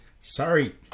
Sorry